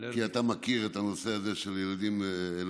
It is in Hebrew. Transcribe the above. כי אתה מכיר את הנושא הזה של ילדים אלרגיים,